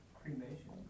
cremation